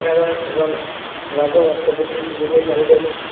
কেনেদৰে এজন ভাৰতৰ ৰাষ্ট্ৰপতি হ'বগৈ পাৰিলে